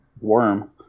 worm